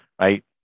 right